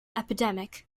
epidemic